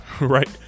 Right